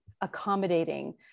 accommodating